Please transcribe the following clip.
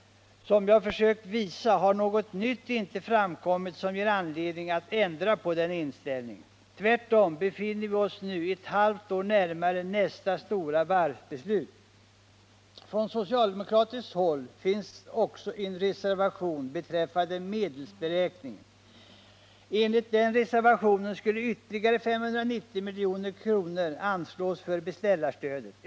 Som jag försökt visa har något nytt inte framkommit som ger anledning att ändra på den inställningen. Tvärtom befinner vi oss nu ett halvt år närmare nästa stora varvsbeslut. Från socialdemokratiskt håll finns också en reservation beträffande medelsberäkningen. Enligt den reservationen skulle ytterligare 590 milj.kr. anslås för beställarstödet.